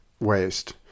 waste